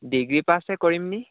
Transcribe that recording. degree পাছে কৰিম নেকি